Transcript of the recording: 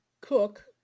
cook